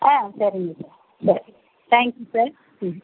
ஆ சரிங்க சார் சரி thank you sir ம்